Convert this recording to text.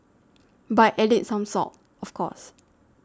by adding some salt of course